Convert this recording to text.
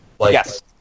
Yes